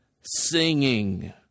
singing